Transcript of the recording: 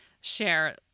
share